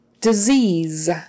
Disease